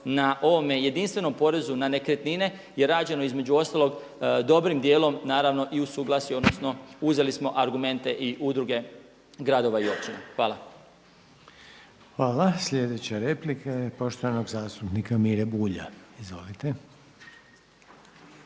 na ovome jedinstvenom porezu na nekretnine je rađeno između ostalog dobrim dijelom naravno i u suglasju odnosno uzeli smo argumente i Udruge gradova i općina. Hvala. **Reiner, Željko (HDZ)** Hvala. Sljedeća replika je poštovanog zastupnika Mire Bulja. **Bulj,